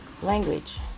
Language